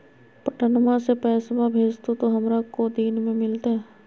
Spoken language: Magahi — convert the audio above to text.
पटनमा से पैसबा भेजते तो हमारा को दिन मे मिलते?